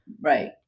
Right